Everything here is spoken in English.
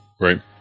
right